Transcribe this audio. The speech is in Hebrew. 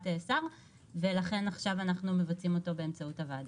שר ועכשיו מבצעים אותו באמצעות הוועדה.